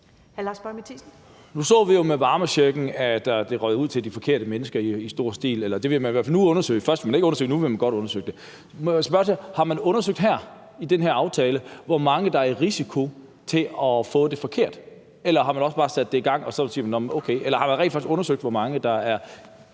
(NB): Nu så vi jo med varmechecken, at den røg ud til de forkerte mennesker i stor stil – eller det vil man i hvert fald nu undersøge. Først ville man ikke undersøge det, nu vil man godt undersøge det. Må jeg spørge: Har man undersøgt her i forhold til den her aftale, hvor mange der er i risiko for at få det forkert? Eller har man bare sat det i gang, og så siger man okay, eller har man rent faktisk undersøgt, hvor mange der kan